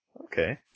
Okay